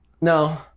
No